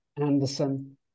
Anderson